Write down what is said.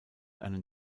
einen